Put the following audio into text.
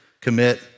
commit